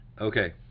Okay